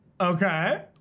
Okay